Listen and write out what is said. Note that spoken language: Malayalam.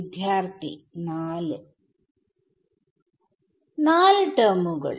വിദ്യാർത്ഥി നാല് നാല് ടെർമുകൾ